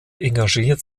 engagiert